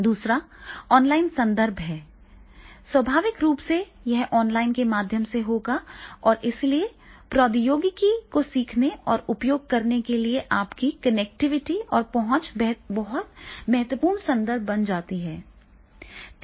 दूसरा ऑनलाइन संदर्भ है स्वाभाविक रूप से यह ऑनलाइन के माध्यम से होगा और इसलिए प्रौद्योगिकी को सीखने और उपयोग करने के लिए आपकी कनेक्टिविटी और पहुंच बहुत महत्वपूर्ण संदर्भ बन जाती है